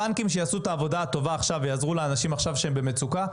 הבנקים שיעשו את העבודה הטובה עכשיו ויעזרו לאנשים עכשיו שהם במצוקה,